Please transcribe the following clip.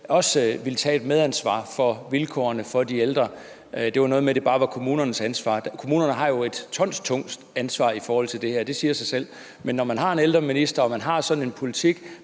også vil tage et medansvar for vilkårene for de ældre. Det var noget med, at det kun er kommunernes ansvar. Kommunerne har jo et tonstungt ansvar på det her område. Det siger sig selv. Men når man har en ældreminister, man har sådan en politik,